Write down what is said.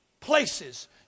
places